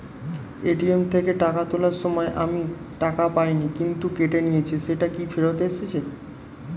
ATM থেকে টাকা তোলার সময় আমি টাকা পাইনি কিন্তু কেটে নিয়েছে সেটা কি ফেরত এসেছে?